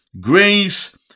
grace